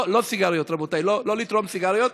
לא, לא סיגריות, רבותיי, לא לתרום סיגריות,